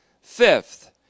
Fifth